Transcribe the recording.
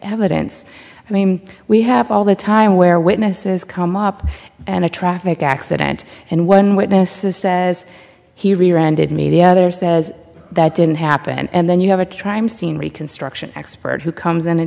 evidence i mean we have all the time where witnesses come up and a traffic accident and one witness says he ran did media other says that didn't happen and then you have a crime scene reconstruction expert who comes in